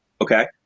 okay